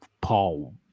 Paul